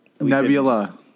Nebula